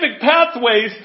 pathways